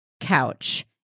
couch